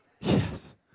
Yes